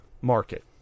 market